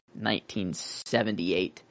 1978